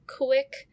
quick